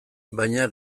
baina